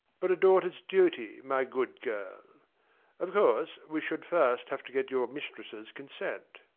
but a daughter's duty, my good girl of course, we should first have to get your mistress's consent.